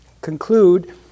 conclude